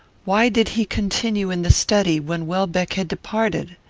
why did he continue in the study when welbeck had departed?